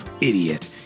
idiot